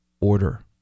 order